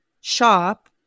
shop